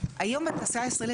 היום בתעשייה הישראלית,